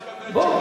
אני לא אקבל תשובה.